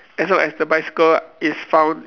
as long as the bicycle is found